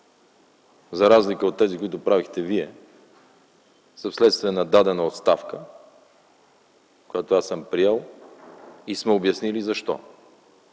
за разлика от тези, които правихте Вие, са следствие на дадена оставка, която аз съм приел и сме обяснили защо,